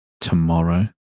tomorrow